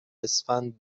اسفند